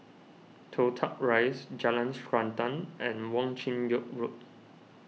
Toh Tuck Rise Jalan Srantan and Wong Chin Yoke Road